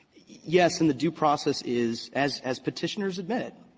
yes, and the due process is, as as petitioners admit,